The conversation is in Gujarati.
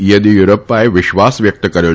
યેદીયુરપ્પાએ વિશ્વાસ વ્યક્ત કર્યો છે કે